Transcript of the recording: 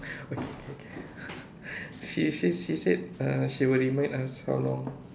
okay okay okay she say she said uh she will remind us how long